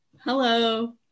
Hello